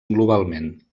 globalment